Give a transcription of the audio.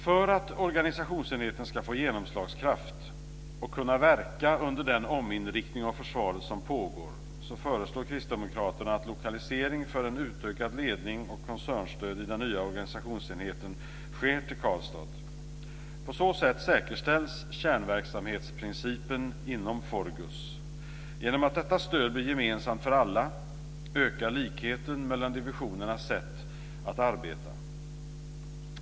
För att organisationsenheten ska få genomslagskraft och kunna verka under den ominriktning av försvaret som pågår föreslår kristdemokraterna att lokalisering av en utökad ledning och koncernstöd i den nya organisationsenheten sker till Karlstad. På så sätt säkerställs kärnverksamhetsprincipen inom FORGUS. Genom att detta stöd blir gemensamt för alla ökar likheten mellan divisionernas sätt att arbeta.